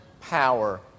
power